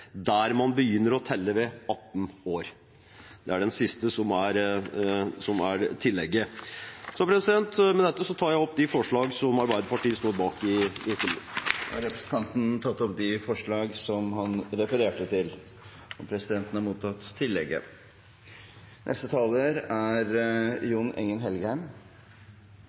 der man begynner å telle ved 18 år.» Det er det siste som er tillegget. Med dette tar jeg opp de forslagene som Arbeiderpartiet har i innstillingen. Representanten Stein Erik Lauvås har tatt opp de forslagene han refererte til. Og presidenten har notert seg tillegget. Saken vi skal behandle i dag, er